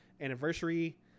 anniversary